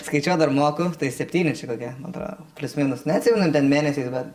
skaičiuot dar moku tai septyni čia kokie man atrodo plius minus neatsimenu ten mėnesiais bet